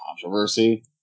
controversy